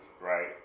right